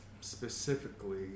specifically